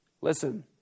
Listen